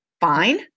fine